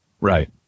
Right